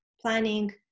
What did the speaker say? planning